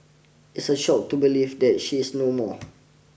it's a shock to believe that she is no more